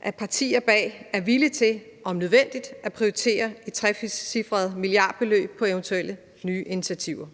at partierne bag er villige til om nødvendigt at prioritere et trecifret milliardbeløb til eventuelle nye initiativer.